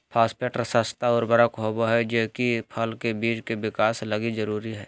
phosphate सस्ता उर्वरक होबा हइ जे कि फल बिज के विकास लगी जरूरी हइ